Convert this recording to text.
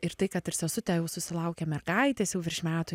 ir tai kad ir sesutė jau susilaukė mergaitės jau virš metų